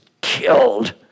killed